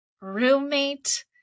roommate